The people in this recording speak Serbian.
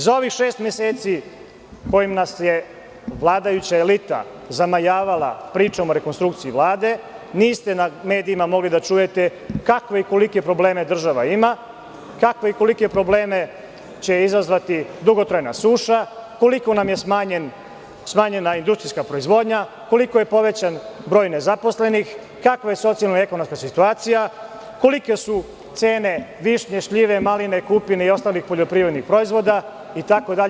Za ovih šest meseci kojim nas je vladajuća elita zamajavala pričom o rekonstrukciji Vlade niste na medijima mogli da čujete kakve i kolike probleme ima država, kakve i kolike probleme će izazvati dugotrajna suša, koliko nam je smanjena industrijska proizvodnja, koliko je povećan broj nezaposlenih, kakva je socijalno ekonomska situacija, kolike su cene višnja, šljiva, malina, kupina i ostalih poljoprivrednih proizvoda itd.